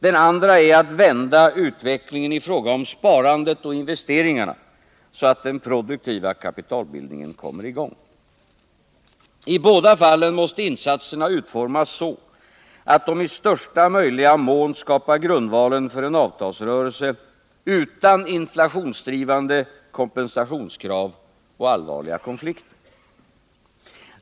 Den andra är att vända utvecklingen i fråga om sparande och investeringar, så att den produktiva kapitalbildningen kommer i gång. I båda fallen måste insatserna utformas så, att de i största möjliga mån skapar grundvalen för en avtalsrörelse utan inflationsdrivande kompensationskrav och allvarliga konflikter.